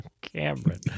Cameron